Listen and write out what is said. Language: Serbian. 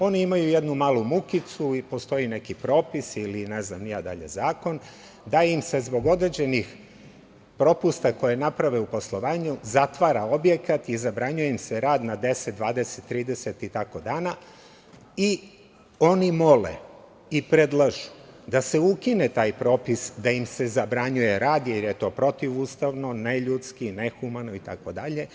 Oni imaju jednu malu mukicu i postoji neki propis i ne znam ni ja da li je zakon da im se zbog određenih propusta koje naprave u poslovanju zatvara objekat i zabranjuje im se rad na 10, 20, 30 dana i oni mole i predlažu da se ukinete taj propis da im se zabranjuje rad jer je to protivustavno, jer je to neljudski, nehumano itd.